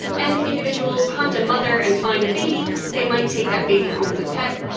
and if individuals hunt a mother and find a baby they might take that baby home as a pet.